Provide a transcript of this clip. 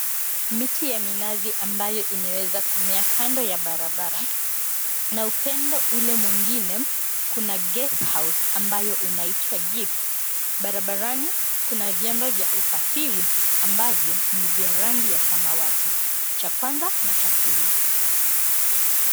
Miti ya minazi ambayo imeweza kumea kando ya barabara na upande ule mwingine kuna guest house ambayo inaitwa Gift . Barabarani kuna vyombo vya usafiri ambavyo ni vya rangi ya samawati. Cha kwanza na cha pili.